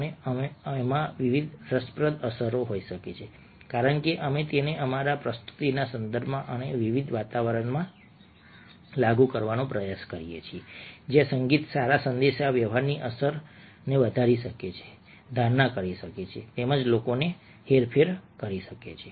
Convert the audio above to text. અને આમાં વિવિધ રસપ્રદ અસરો હોઈ શકે છે કારણ કે અમે તેને અમારા પ્રસ્તુતિના સંદર્ભમાં અને વિવિધ વાતાવરણમાં લાગુ કરવાનો પ્રયાસ કરીએ છીએ જ્યાં સંગીત સારા સંદેશાવ્યવહારની અસરને વધારી શકે છે ધારણા કરી શકે છે તેમજ લોકોને હેરફેર કરી શકે છે